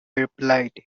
replied